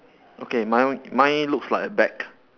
okay my one mine looks like a bag